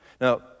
Now